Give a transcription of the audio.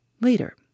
Later